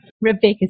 Rebecca